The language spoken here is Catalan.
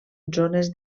zones